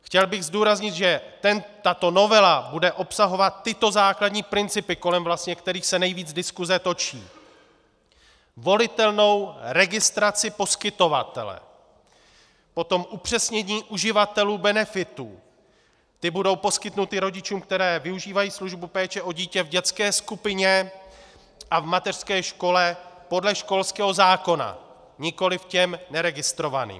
Chtěl bych zdůraznit, že tato novela bude obsahovat tyto základní principy, kolem vlastně kterých se nejvíc diskuse točí: volitelnou registraci poskytovatele, potom upřesnění uživatelů benefitů, ty budou poskytnuty rodičům, kteří využívají službu péče o dítě v dětské skupině a v mateřské škole podle školského zákona, nikoliv těm neregistrovaným.